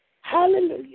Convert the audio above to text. Hallelujah